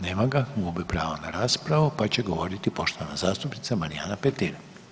Nema ga, gubi pravo na raspravu, pa će govoriti poštovana zastupnica Marijana Petir.